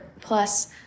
plus